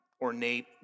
ornate